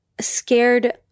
scared